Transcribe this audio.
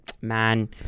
Man